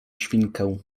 świnkę